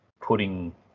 putting